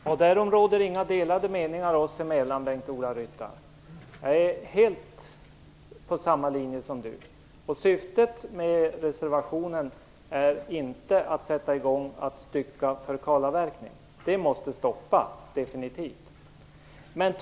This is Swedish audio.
Fru talman! Därom råder det inga delade meningar oss emellan, Bengt-Ola Ryttar. Jag är helt inne på samma linje som Bengt-Ola Ryttar. Syftet med reservationen är inte att det skall ske styckningar av mark som sedan skall kalavverkas. Det måste definitivt stoppas.